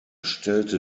stellte